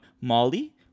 Molly